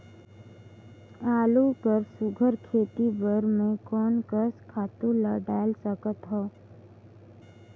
आलू कर सुघ्घर खेती बर मैं कोन कस खातु ला डाल सकत हाव?